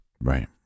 Right